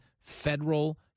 federal